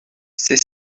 ces